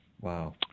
Wow